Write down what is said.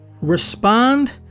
respond